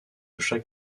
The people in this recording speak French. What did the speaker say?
chaque